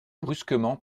brusquement